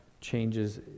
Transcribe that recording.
changes